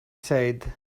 said